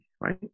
Right